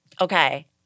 Okay